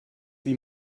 wie